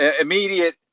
immediate